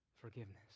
forgiveness